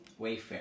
Wayfair